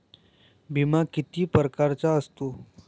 बिमा किती परकारचा असतो?